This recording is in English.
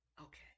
Okay